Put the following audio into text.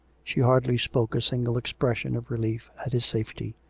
she hardly spoke a single expression of relief at his safety.